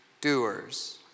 doers